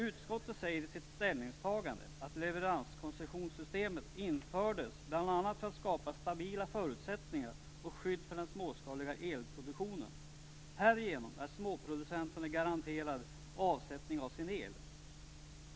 Utskottet säger i sitt ställningstagande att leveranskoncessionssystemet infördes bl.a. för att skapa stabila förutsättningar och skydd för den småskaliga elproduktionen. Härigenom är småproducenterna garanterade avsättning av sin el.